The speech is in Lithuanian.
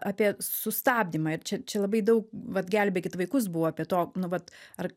apie sustabdymą ir čia čia labai daug vat gelbėkit vaikus buvo apie to nu vat ar